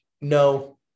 no